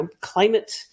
Climate